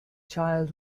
child